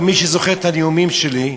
ומי שזוכר את הנאומים שלי,